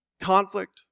Conflict